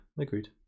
agreed